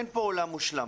אין פה עולם מושלם